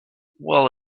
well